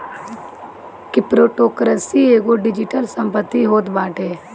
cryptocurrency एगो digital संपत्ति होत बाटे